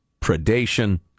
predation